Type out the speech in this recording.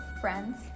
friends